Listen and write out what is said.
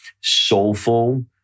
soulful